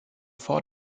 vor